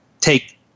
take